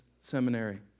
seminary